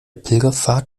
pilgerpfad